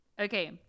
okay